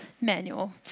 manual